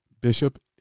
Bishop